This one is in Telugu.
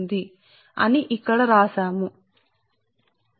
కాబట్టి ఈ కండక్టర్ కరెంటు తీసుకొని వెళుతోంది సరే